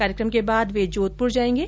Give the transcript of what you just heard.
कार्यक्रम के बाद वे जोधपुर जाएंगे